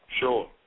Sure